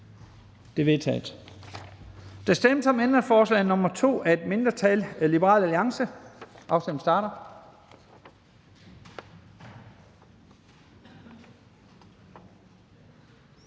De er vedtaget.